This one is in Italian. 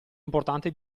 importante